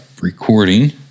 recording